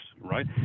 right